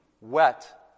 wet